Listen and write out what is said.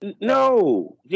No